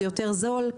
זה יותר זול,